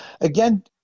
Again